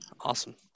awesome